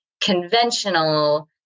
conventional